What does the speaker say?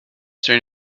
soon